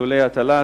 לולי הטלה,